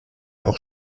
auch